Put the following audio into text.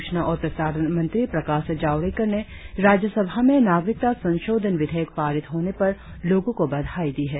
सूचना और प्रसारण मंत्री प्रकाश जावड़ेकर ने राज्यसभा में नागरिकता संशोधन विधेयक पारित होने पर लोगों को बधाई दी है